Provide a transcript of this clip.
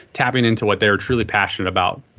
tapping into what they were truly passionate about.